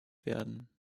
werden